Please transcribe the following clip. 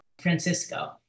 Francisco